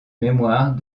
mémoires